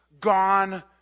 gone